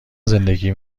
زندگی